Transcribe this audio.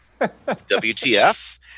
WTF